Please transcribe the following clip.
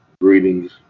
greetings